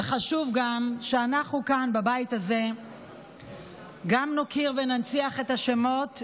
וחשוב שאנחנו כאן בבית הזה גם נוקיר וננציח את השמות,